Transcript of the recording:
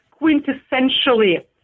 quintessentially